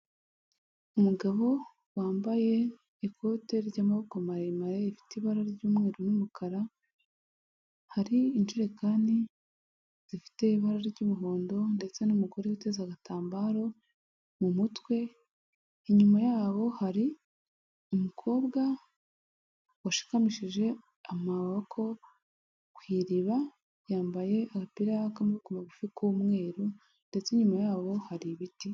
Umugabo wambaye ikote ry'amaboko maremare rifite ibara ry'umweru n'umukara hari injerekani zifite ibara ry'umuhondo ndetse n'umugore witeza agatambaro mu mutwe, inyuma yabo hari umukobwa washikamishije amaboko ku iriba yambaye agapira k'amaboko magufi k'umweru ndetse nyuma yaho hari ibiti.